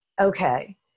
Okay